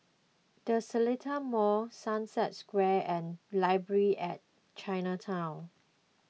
the Seletar Mall Sunset Square and Library at Chinatown